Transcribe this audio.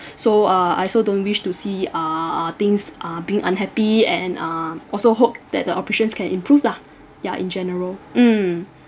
so uh I also don't wish to see uh things are being unhappy and uh also hope that the operations can improve lah yeah in general mm